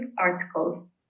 articles